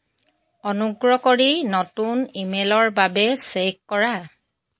অনুগ্ৰহ কৰি নতুন ইমেইলৰ বাবে চেক কৰা